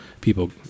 people